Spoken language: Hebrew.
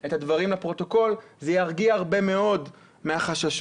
את הדברים לפרוטוקול, זה ירגיע הרבה מאוד מהחששות.